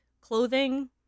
clothing